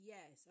Yes